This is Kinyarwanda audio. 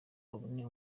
abone